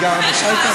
את כל הזמן בחיפה?